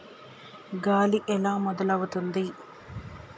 గాలి ఎలా మొదలవుతుంది?